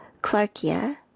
Clarkia